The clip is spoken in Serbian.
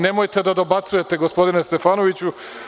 Nemojte da dobacujete, gospodine Stefanoviću.